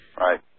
Right